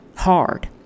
hard